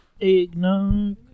eggnog